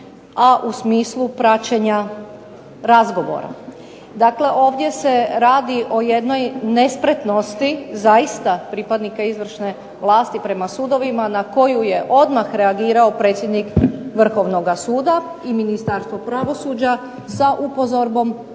a u smislu traženja razgovora. Dakle ovdje se radi o jednoj nespretnosti, zaista pripadnika izvršne vlasti prema sudovima na koju je odmah reagirao predsjednik Vrhovnoga suda i Ministarstvo pravosuđa sa upozorbom